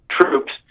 troops